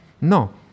No